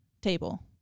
table